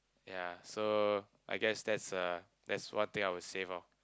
ya so I guess that's uh that's one thing I will save lor